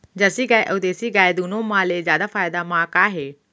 Jersey गाय अऊ देसी गाय दूनो मा ले जादा फायदा का मा हे?